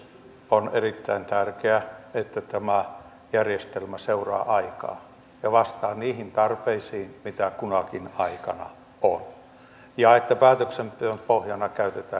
on erittäin tärkeää että tämä järjestelmä seuraa aikaa ja vastaa niihin tarpeisiin mitä kunakin aikana on ja että päätöksenteon pohjana käytetään riittävästi tietoa